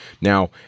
Now